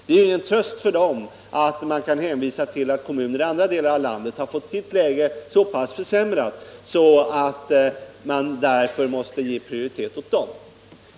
Det är ingen tröst för dem att man kan hänvisa till att kommuner i andra delar av landet har fått sitt läge så pass försämrat att man därför måste ge prioritet åt dem.